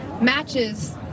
matches